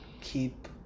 keep